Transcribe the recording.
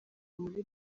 muri